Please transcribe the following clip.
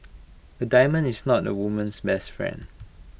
A diamond is not A woman's best friend